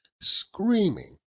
screaming